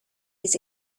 his